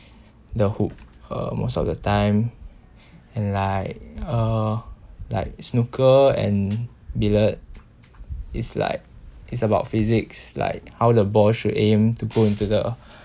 the hoop uh most of the time and like uh like snooker and billiard is like it's about physics like how the ball should aim to go into the